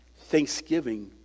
thanksgiving